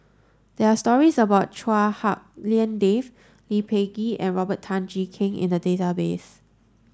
there are stories about Chua Hak Lien Dave Lee Peh Gee and Robert Tan Jee Keng in the database